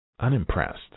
unimpressed